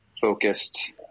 focused